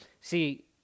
See